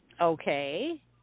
Okay